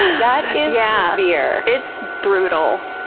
that is yeah severe. it's brutal.